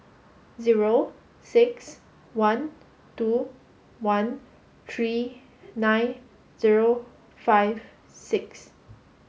zero six one two one three nine zero five six